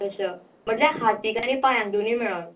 असो म्हणल्यार हातीक आनी पांयांक दोनूय मेळून